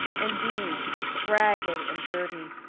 and dean ragged and dirty,